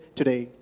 today